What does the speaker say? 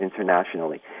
internationally